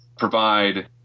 Provide